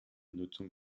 nutzung